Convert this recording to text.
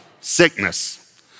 sickness